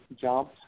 jump